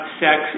sex